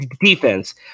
defense